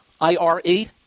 I-R-E